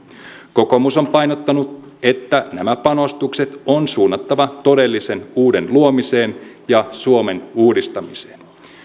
kokoomus on painottanut että nämä panostukset on suunnattava todellisen uuden luomiseen ja suomen uudistamiseen